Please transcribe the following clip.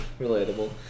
Relatable